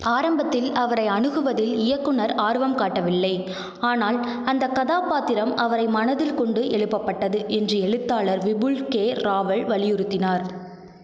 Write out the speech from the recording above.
ஆரம்பத்தில் அவரை அணுகுவதில் இயக்குனர் ஆர்வம் காட்டவில்லை ஆனால் அந்தக் கதாபாத்திரம் அவரை மனதில் கொண்டு எழுப்பப்பட்டது என்று எழுத்தாளர் விபுல் கே ராவல் வலியுறுத்தினார்